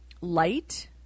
light